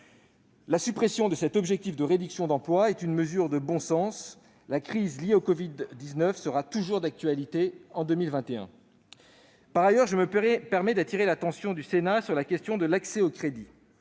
La suppression de cet objectif de réduction d'emplois constitue une mesure de bon sens, car la crise liée au covid-19 sera toujours d'actualité en 2021. Par ailleurs, je me permets d'appeler l'attention du Sénat sur la question de l'accès aux crédits.